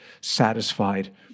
satisfied